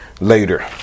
later